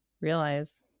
realize